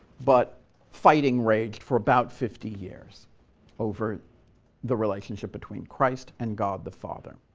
but fighting raged for about fifty years over the relationship between christ and god the father.